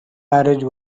marriage